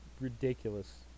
ridiculous